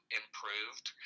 improved